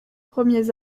premiers